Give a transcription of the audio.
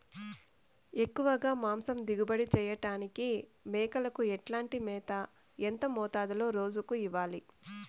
ఎక్కువగా మాంసం దిగుబడి చేయటానికి మేకలకు ఎట్లాంటి మేత, ఎంత మోతాదులో రోజు ఇవ్వాలి?